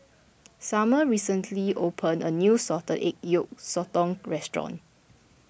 Sumner recently opened a new Salted Egg Yolk Sotong restaurant